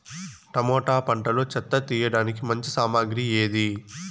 Tomato పంటలో చెత్త తీయడానికి మంచి సామగ్రి ఏది?